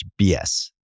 BS